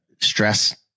stress